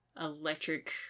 electric